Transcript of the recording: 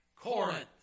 Corinth